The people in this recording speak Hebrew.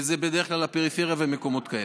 וזה בדרך כלל הפריפריה ובמקומות כאלה.